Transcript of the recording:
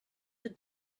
the